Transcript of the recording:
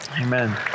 Amen